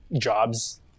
jobs